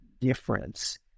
difference